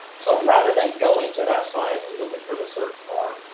so, rather than going to that site and looking for the search bar,